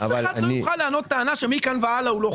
אף אחד לא יוכל להעלות טענה שמכאן והלאה הוא לא חל.